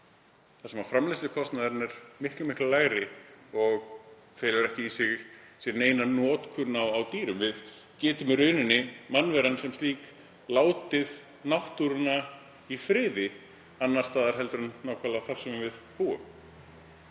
þar sem framleiðslukostnaðurinn er miklu lægri og felur ekki í sig sér neina notkun á dýrum. Við getum í rauninni, mannveran sem slík, látið náttúruna í friði annars staðar en nákvæmlega þar sem við búum.